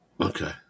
Okay